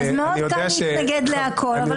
אז מאוד קל להתנגד לכל, אבל בסדר.